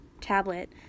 tablet